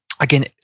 Again